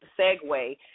segue